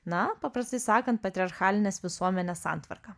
na paprastai sakant patriarchalinės visuomenės santvarką